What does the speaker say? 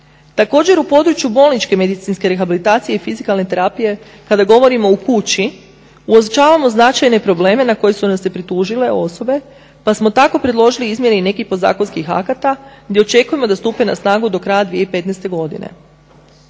Također u području bolničke medicinske rehabilitacije i fizikalne terapije kada govorimo u kući uočavamo značajne probleme na koje su nam se pritužile osobe pa smo tako predložili izmjene i nekih podzakonskih akata gdje očekujemo da stupi na snagu do kraja 2015.godine.